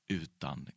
utan